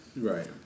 Right